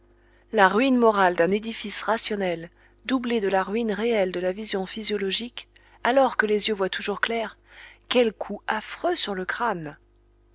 la ruine morale d'un édifice rationnel doublé de la ruine réelle de la vision physiologique alors que les yeux voient toujours clair quel coup affreux sur le crâne